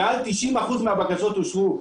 מעל 90 אחוזים מהבקשות אושרו.